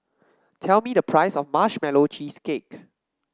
tell me the price of Marshmallow Cheesecake